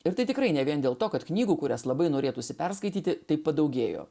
ir tai tikrai ne vien dėl to kad knygų kurias labai norėtųsi perskaityti taip padaugėjo